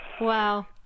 Wow